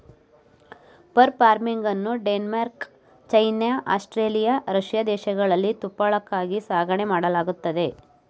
fur ಫಾರ್ಮಿಂಗನ್ನು Denmark, China, Australia, Russia ದೇಶಗಳಲ್ಲಿ ತುಪ್ಪಳಕ್ಕಾಗಿ ಸಾಕಣೆ ಮಾಡಲಾಗತ್ತದೆ